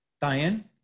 Diane